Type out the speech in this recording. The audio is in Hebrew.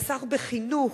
חסך בחינוך,